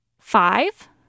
Five